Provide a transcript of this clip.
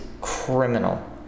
criminal